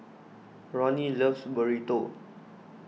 Ronnie loves Burrito